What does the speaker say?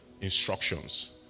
instructions